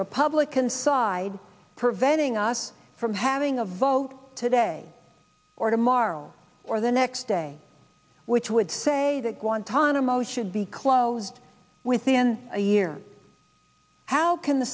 republican side preventing us from having a vote today or tomorrow or the next day which would say that guantanamo should be closed within a year how can the